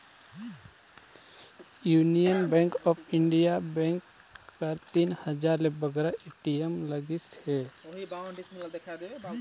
union bank of India bank कर तीन हजार ले बगरा ए.टी.एम लगिस अहे